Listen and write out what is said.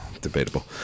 Debatable